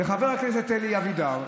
לחבר הכנסת אלי אבידר,